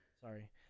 Sorry